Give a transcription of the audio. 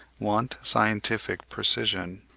want scientific precision.